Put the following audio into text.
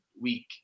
week